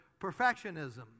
perfectionism